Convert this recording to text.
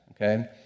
Okay